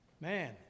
man